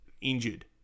injured